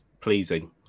pleasing